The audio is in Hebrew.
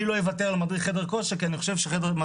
אני לא אוותר על מדריך חדר כושר כי אני חושב שמדריך